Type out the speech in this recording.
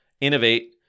innovate